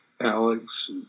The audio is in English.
alex